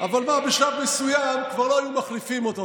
אבל בשלב מסוים כבר לא היו מחליפים אותו.